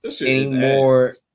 anymore